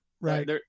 Right